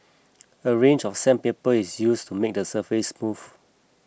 a range of sandpaper is used to make the surface smooth